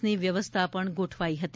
ની વ્યવસ્થા પણ ગોઠવાઈ હતી